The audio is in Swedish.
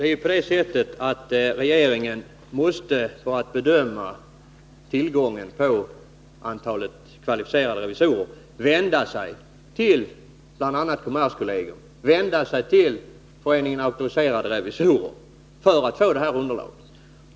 Fru talman! Regeringen måste vid en bedömning av tillgången på kvalificerade revisorer vända sig till bl.a. kommerskollegium och Föreningen Auktoriserade revisorer för att få ett underlag.